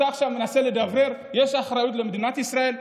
אתה עכשיו מנסה לדברר, יש אחריות למדינת ישראל.